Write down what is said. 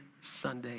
Sunday